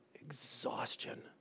exhaustion